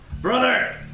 Brother